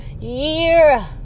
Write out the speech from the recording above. year